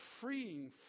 freeing